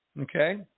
okay